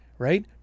right